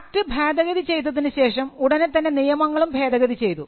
act ഭേദഗതി ചെയ്തതിനുശേഷം ഉടനെതന്നെ നിയമങ്ങളും ഭേദഗതി ചെയ്തു